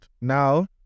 Now